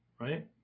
right